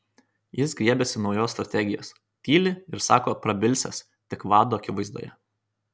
jis griebiasi naujos strategijos tyli ir sako prabilsiąs tik vado akivaizdoje